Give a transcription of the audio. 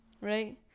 right